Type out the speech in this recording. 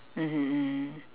mmhmm mm